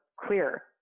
clear